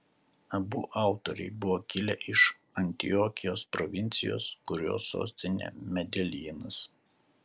abu autoriai buvo kilę iš antiokijos provincijos kurios sostinė medeljinas